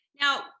Now